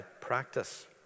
practice